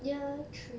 year three